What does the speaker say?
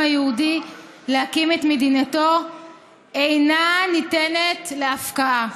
היהודי להקים את מדינתו אינה ניתנת להפקעה.